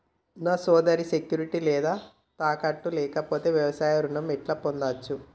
నా సోదరికి సెక్యూరిటీ లేదా తాకట్టు లేకపోతే వ్యవసాయ రుణం ఎట్లా పొందచ్చు?